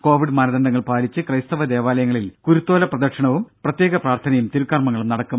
Covid മാനദണ്ഡങ്ങൾ പാലിച്ചു ക്രൈസ്തവ ദേവാലയങ്ങളിൽ കുരുത്തോല പ്രദക്ഷിണവും പ്രത്യേക പ്രാർത്ഥനയും തിരുക്കർമങ്ങളും നടക്കും